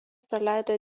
praleido